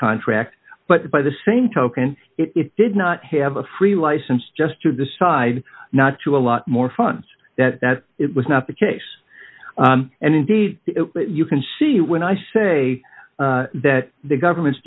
contract but by the same token it did not have a free license just to decide not to a lot more funds that it was not the case and indeed you can see when i say that the government's